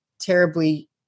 terribly